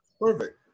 Perfect